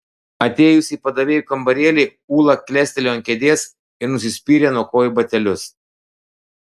atėjusi į padavėjų kambarėlį ūla klestelėjo ant kėdės ir nusispyrė nuo kojų batelius